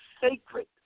sacred